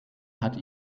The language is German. hat